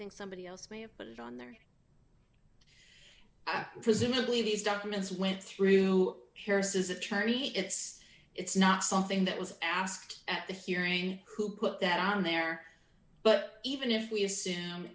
think somebody else may have put it on there i've presumably these documents went through harris's attorney it's it's not something that was asked at the hearing who put that on there but even if we assume